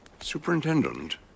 Superintendent